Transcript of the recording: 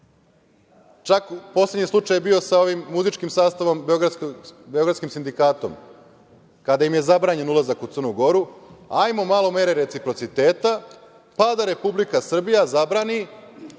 čak poslednji slučaj je bio sa ovim muzičkim sastavom "Beogradski sindikat", kada im je zabranjen ulazak u Crnu Goru, ajmo malo mere reciprociteta, pa da Republika Srbija zabrani